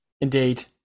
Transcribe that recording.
Indeed